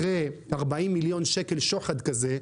אחרי 40 מיליון שקל שוחד כזה,